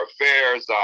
affairs